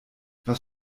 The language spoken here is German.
was